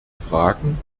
fragen